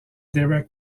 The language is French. derek